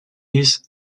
use